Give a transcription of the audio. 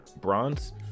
bronze